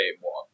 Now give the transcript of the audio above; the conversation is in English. one